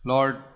Lord